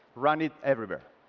run it everywhere.